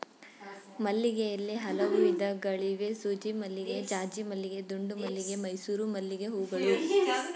ಮಲ್ಲಿಗೆಯಲ್ಲಿ ಹಲವು ವಿಧಗಳಿವೆ ಸೂಜಿಮಲ್ಲಿಗೆ ಜಾಜಿಮಲ್ಲಿಗೆ ದುಂಡುಮಲ್ಲಿಗೆ ಮೈಸೂರು ಮಲ್ಲಿಗೆಹೂಗಳು